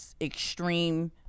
extreme